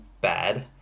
bad